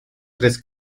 tres